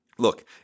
Look